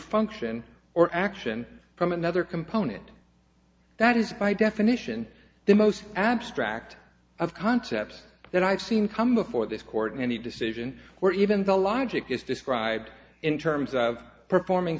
function or action from another component that is by definition the most abstract of concepts that i've seen come before this court in any decision where even the logic is described in terms of performing